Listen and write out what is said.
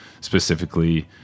specifically